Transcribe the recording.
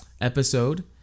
episode